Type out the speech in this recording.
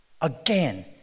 Again